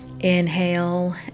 inhale